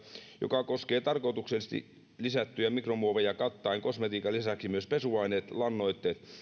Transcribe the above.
joka koskee tarkoituksellisesti lisättyjä mikromuoveja kattaen kosmetiikan lisäksi myös pesuaineet lannoitteet